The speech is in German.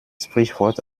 sprichwort